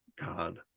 god